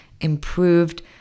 improved